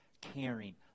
caring